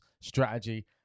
strategy